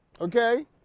okay